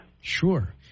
Sure